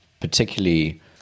particularly